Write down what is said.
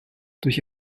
durch